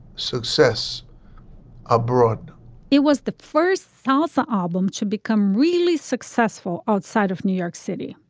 success abroad it was the first salsa album to become really successful outside of new york city.